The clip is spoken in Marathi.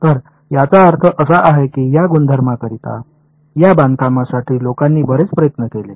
तर याचा अर्थ असा आहे की या गुणधर्मांकरिता या बांधकामासाठी लोकांनी बरेच प्रयत्न केले